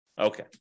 okay